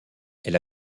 elle